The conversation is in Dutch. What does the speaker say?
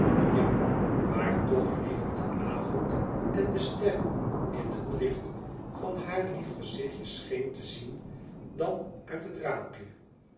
ja maar toch liever den avond en de sterren in het licht van haar lief gezichtje scheen te zien dan uit het raampje